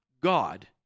God